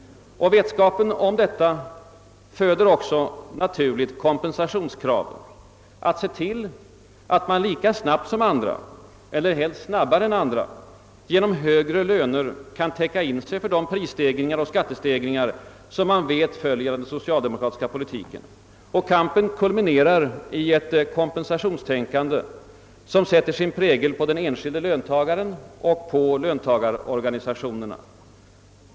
Vetskapen härom föder också helt naturligt kompensationskrav, en strävan att se till att man lika snabbt som andra — och helst snabbare — genom högre löner kan täcka in sig för de prisstegringar och skattestegringar som man vet följer av den socialdemokratiska politiken. Kampen kulminerar i ett kompensationstänkande som sätter sin prägel på den enskilde löntagaren och på löntagarorganisationerna.